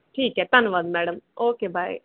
ਠੀਕ ਹੈ ਧੰਨਵਾਦ ਮੈਡਮ ਓਕੇ ਬਾਏ